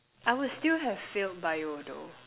I would still have failed Bio though